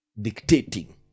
dictating